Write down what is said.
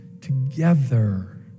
together